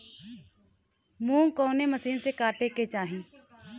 मूंग कवने मसीन से कांटेके चाही?